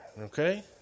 okay